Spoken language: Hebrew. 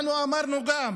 אנחנו אמרנו גם